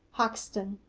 hoxton,